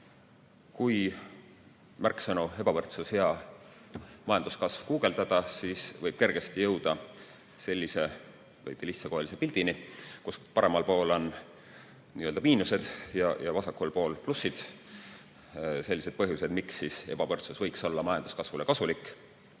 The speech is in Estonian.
Kui märksõnu "ebavõrdsus" ja "hea majanduskasv" guugeldada, siis võib kergesti jõuda sellise lihtsakoelise pildini, kus paremal pool on n-ö miinused ja vasakul pool plussid, st sellised põhjused, miks ebavõrdsus võiks olla majanduskasvule kasulik.